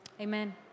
Amen